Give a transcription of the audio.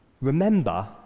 Remember